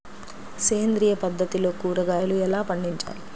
సేంద్రియ పద్ధతిలో కూరగాయలు ఎలా పండించాలి?